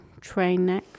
Trainneck